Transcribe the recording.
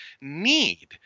need